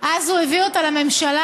אז הוא הביא אותה לממשלה,